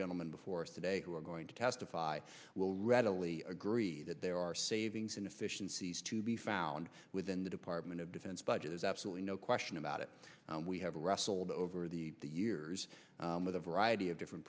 gentleman before us today who are going to testify will readily agree that there are savings inefficiencies to be found within the department of defense budget is absolutely no question about it we have wrestled over the years with a variety of different